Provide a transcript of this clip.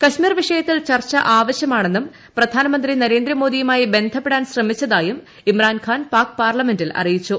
കാശ്മീർ വിഷയത്തിൽ ചർച്ച ആവശ്യമാണെന്നും പ്രധാനമന്ത്രി നരേന്ദ്രമോദിയുമായി ബന്ധപ്പെടാൻ ശ്രമിച്ചതായും ഇമ്രാൻഖാൻ പാക് പാർലമെന്റിൽ അറിയിച്ചു